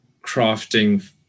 crafting